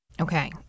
Okay